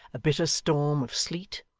a bitter storm of sleet,